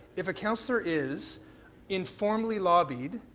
if a counsellor is informally lobbied